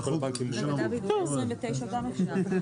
דוד, על 29 גם אפשר.